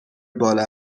بالا